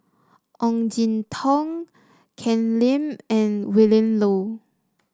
Ong Jin Teong Ken Lim and Willin Low